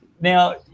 Now